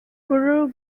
guru